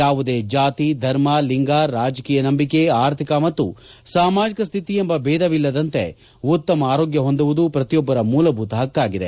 ಯಾವುದೇ ಜಾತಿ ಧರ್ಮ ಲಿಂಗ ರಾಜಕೀಯ ನಂಬಿಕೆ ಆರ್ಥಿಕ ಮತ್ತು ಸಾಮಾಜಕ ಸ್ಥಿತಿ ಎಂಬ ದೇಧವಿಲ್ಲದಂತೆ ಉತ್ತಮ ಆರೋಗ್ಯ ಹೊಂದುವುದು ಶ್ರತಿಯೊಬ್ಲರ ಮೂಲಭೂತ ಹಕ್ಕಾಗಿದೆ